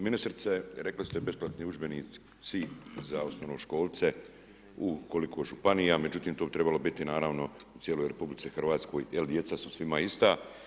Ministrice, rekli ste besplatni udžbenici za osnovnoškolce u koliko županija, međutim to bi trebalo biti naravno u cijeloj RH jer djeca su svima ista.